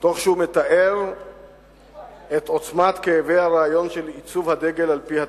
תוך שהוא מתאר את עוצמת כאבי הרעיון של עיצוב הדגל על-פי הטלית.